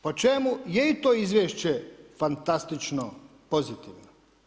Po čemu je to izvješće fantastično pozitivno?